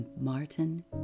Martin